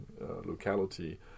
locality